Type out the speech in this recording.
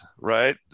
right